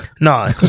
No